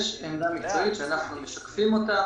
יש עמדה מקצועית שאנחנו משקפים אותה,